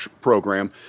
program